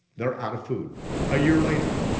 they're out of food a year later.